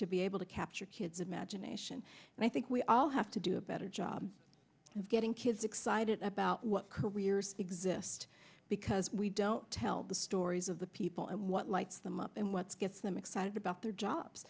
to be able to capture kids imagination and i think we all have to do a better job of getting kids excited about what careers exist because we don't tell the stories of the people and what lights them up and what's gets them excited about their jobs